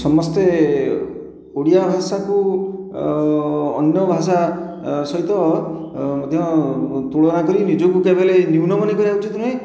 ସମସ୍ତେ ଓଡ଼ିଆ ଭାଷାକୁ ଅନ୍ୟ ଭାଷା ସହିତ ମଧ୍ୟ ତୁଳନା କରି ନିଜକୁ କେବେ ହେଲେ ନ୍ୟୁନ ମନେ କରିବା ଉଚିତ୍ ନୁହେଁ